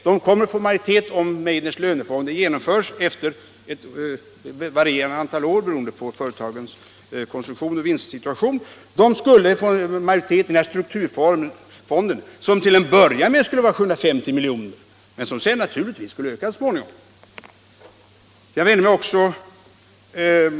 Om Meidners lönefonder genomförs kommer de att få majoritet efter ett varierande antal år, beroende på företagens konstruktion och vinstsituation. De skulle också få majoritet i strukturfonden, som till att börja med skulle omfatta 750 milj.kr. men som naturligtvis så småningom skulle öka.